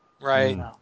right